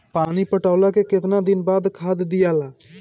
पानी पटवला के बाद केतना दिन खाद दियाला?